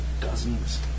dozens